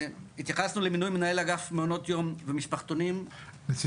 התייחסנו למינו מנהל אגף מעונות יום ומשפחתונים שגם הוא